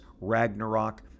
Ragnarok